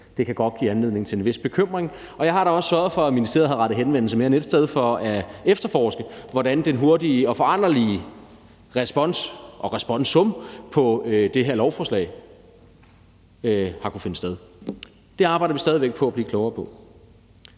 Det kan godt give anledning til en vis bekymring, og jeg har da også sørget for, at ministeriet har rettet henvendelse til mere end et sted for at efterforske, hvordan den hurtige og foranderlige respons og responsum på det her lovforslag har kunnet finde sted. Det arbejder vi stadig væk på at blive klogere på.